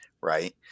Right